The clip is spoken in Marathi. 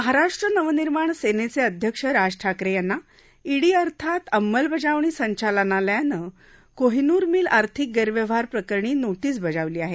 महाराष्ट्र नवनिर्माण सेनेचे अध्यक्ष राज ठाकरे यांना ईडी अर्थात अंमलबजावणी संचालनालयानं कोहिनूर मिल आर्थिक गैरव्यवहार प्रकरणी नोटीस बजावली आहे